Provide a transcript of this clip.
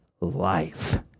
life